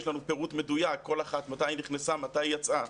יש לנו פירוט מדויק לגבי כל אחת מתי היא נכנסה ומתי יצאה,